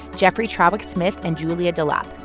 jeffrey trawick-smith and julia delapp.